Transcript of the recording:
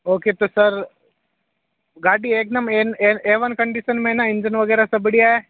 okay तो sir गाड़ी एकदम ए वन कंडीशन में है ना इंजन वगैरह सब बढ़िया है